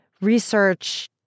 research